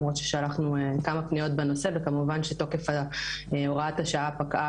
למרות ששלחנו כמה פניות בנושא וכמובן שתוקף הוראת השעה פקעה